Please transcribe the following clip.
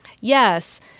Yes